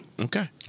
Okay